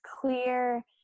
clear